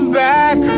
back